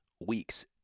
weeks